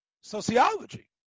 Sociology